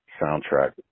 soundtrack